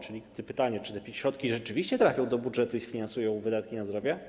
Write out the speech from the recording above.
Czyli to pytanie: Czy środki rzeczywiście trafią do budżetu i sfinansują wydatki na zdrowie?